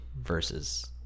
versus